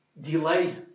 delay